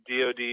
DOD